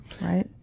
right